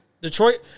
Detroit